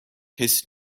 his